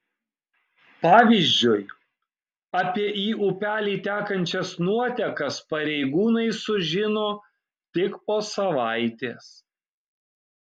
pavyzdžiui apie į upelį tekančias nuotekas pareigūnai sužino tik po savaitės